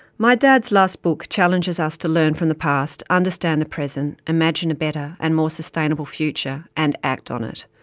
my dad's last book challenges us to learn from the past, understand the present, imagine a better and more sustainable future and act on it.